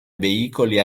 veicoli